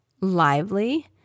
lively